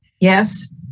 Yes